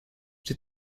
czy